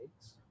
eggs